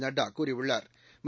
நட்டா கூறியுள்ளாா்